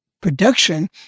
production